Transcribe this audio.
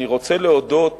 אני רוצה להודות